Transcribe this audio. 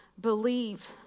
believe